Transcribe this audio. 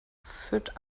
führt